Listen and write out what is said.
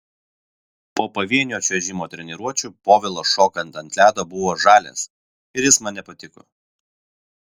po pavienio čiuožimo treniruočių povilas šokant ant ledo buvo žalias ir jis man nepatiko